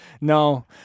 No